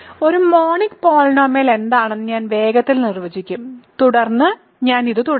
ഒരു monic polynomial എന്താണെന്ന് ഞാൻ വേഗത്തിൽ നിർവചിക്കും തുടർന്ന് ഞാൻ ഇത് തുടരും